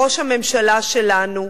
ראש הממשלה שלנו,